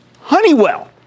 Honeywell